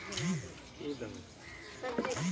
आब तँ घास काटयके सेहो किसिम किसिमक मशीन आबि गेल छै